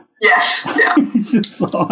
Yes